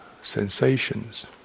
sensations